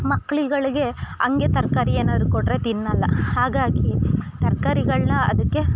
ಮಕ್ಳುಗಳಿಗೆ ಹಂಗೇ ತರಕಾರಿ ಏನಾರು ಕೊಟ್ಟರೆ ತಿನ್ನೋಲ್ಲ ಹಾಗಾಗಿ ತರಕಾರಿಗಳ್ನ ಅದಕ್ಕೆ